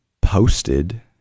posted